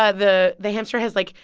ah the the hamster has, like,